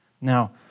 Now